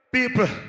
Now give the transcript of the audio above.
People